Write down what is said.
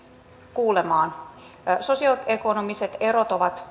kuulemaan sosioekonomiset erot ovat